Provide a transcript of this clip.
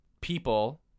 people